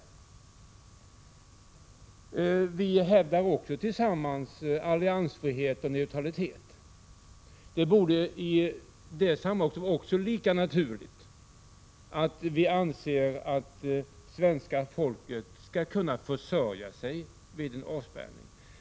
Vi hävdar också allesammans alliansfrihet och neutralitet. Det borde i det sammanhanget vara lika naturligt att vi anser att svenska folket skall kunna försörja sig vid en avspärrning.